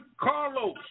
Carlos